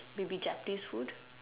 maybe Japanese food